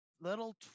little